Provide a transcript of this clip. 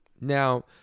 Now